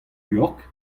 york